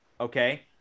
Okay